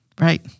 Right